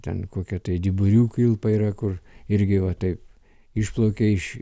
ten kokia tai dyburių kilpa yra kur irgi va taip išplaukia iš